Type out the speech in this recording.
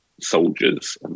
soldiers